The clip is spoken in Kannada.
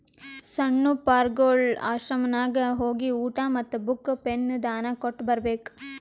ಸಣ್ಣು ಪಾರ್ಗೊಳ್ ಆಶ್ರಮನಾಗ್ ಹೋಗಿ ಊಟಾ ಮತ್ತ ಬುಕ್, ಪೆನ್ ದಾನಾ ಕೊಟ್ಟ್ ಬರ್ಬೇಕ್